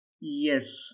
yes